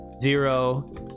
zero